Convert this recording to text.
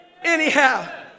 anyhow